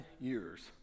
years